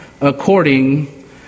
according